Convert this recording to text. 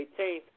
18th